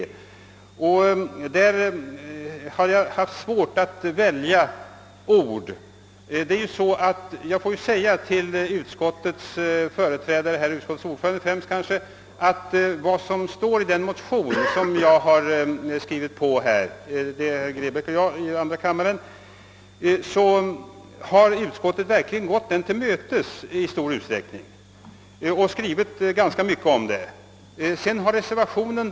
Där har jag emellertid haft svårt att välja de rätta orden. Till utskottets företrädare, främst dess ordförande, vill jag säga att den motion, II: 631, som jag skrivit under har utskottet i stor utsträckning gått till mötes, även om reservanterna sedan har gått in mera på frågorna i motionen.